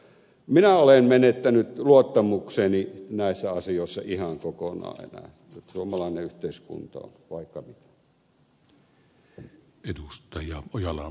minä olen menettänyt luottamukseni näissä asioissa ihan kokonaan suomalainen yhteiskunta on vaikka mitä